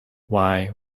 why